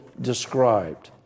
described